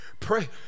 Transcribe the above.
Pray